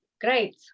Great